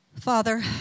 Father